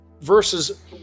versus